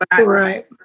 Right